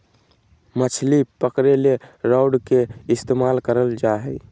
मछली पकरे ले रॉड के इस्तमाल कइल जा हइ